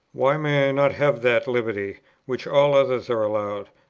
why may i not have that liberty which all others are allowed?